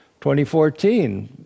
2014